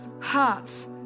hearts